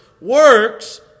Works